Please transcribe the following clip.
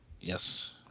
Yes